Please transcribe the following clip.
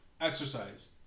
Exercise